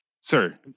sir